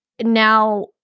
now